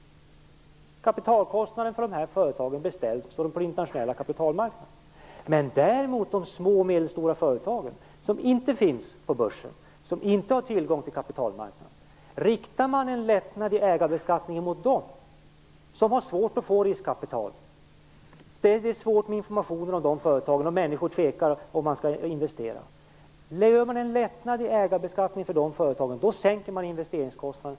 Kapitalkostnaden för de börsnoterade företagen bestäms på den internationella kapitalmarknaden. Riktar man däremot en lättnad i ägarbeskattningen för de små och medelstora förtagen som inte är börsnoterade och som har svårt att få tillgång till riskkapital, då sänker man investeringskostnaden.